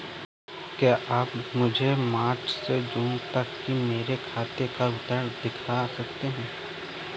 क्या आप मुझे मार्च से जूलाई तक की मेरे खाता का विवरण दिखा सकते हैं?